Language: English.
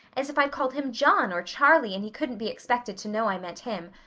as if i'd called him john or charlie and he couldn't be expected to know i meant him.